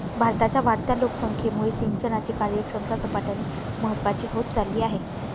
भारताच्या वाढत्या लोकसंख्येमुळे सिंचनाची कार्यक्षमता झपाट्याने महत्वाची होत चालली आहे